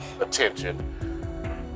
attention